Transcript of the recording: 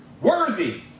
worthy